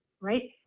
right